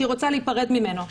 כשהיא רוצה להיפרד ממנו.